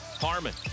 Harmon